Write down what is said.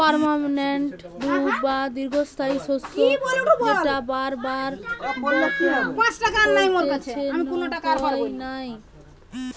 permanent crop বা দীর্ঘস্থায়ী শস্য যেটা বার বার বপণ কইরতে হয় নাই